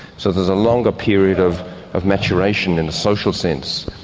so there's a longer period of of maturation in a social sense.